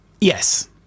yes